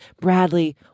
Bradley